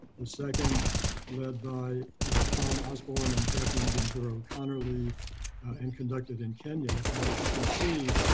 the second led by tom osborne and catherine ventura connerly and conducted in kenya and as you can see,